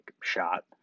shot